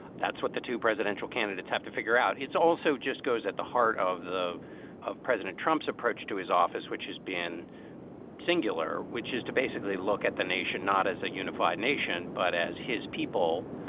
that's what the two presidential candidates have to figure out. it's also just goes at the heart of the of president trump's approach to his office, which has been singular, which is to basically look at the nation not as a unified nation, but as his people.